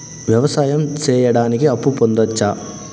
వ్యవసాయం సేయడానికి అప్పు పొందొచ్చా?